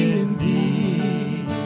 indeed